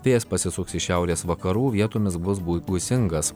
vėjas pasisuks iš šiaurės vakarų vietomis bus bū gūsingas